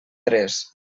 tres